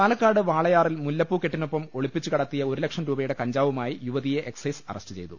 പാലക്കാട് വാളയാറിൽ മുല്ലപ്പൂ കെട്ടിനൊപ്പം ഒളിപ്പിച്ചുകടത്തിയ ഒരു ലക്ഷം രൂപയുടെ കഞ്ചാവുമായി യുവതിയെ എക്സൈസ് അറസ്റ്റ് ചെയ്തു